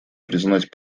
признать